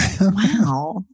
Wow